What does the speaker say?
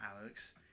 Alex